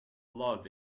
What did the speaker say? love